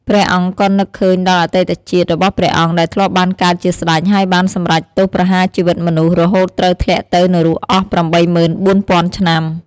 ព្រះអង្គក៏នឹកឃើញដល់អតីតជាតិរបស់ព្រះអង្គដែលធ្លាប់បានកើតជាស្តេចហើយបានសម្រេចទោសប្រហារជីវិតមនុស្ស រហូតត្រូវធ្លាក់ទៅ នរកអស់ ៨ ម៉ឺន ៤ ពាន់ឆ្នាំ។